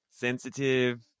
Sensitive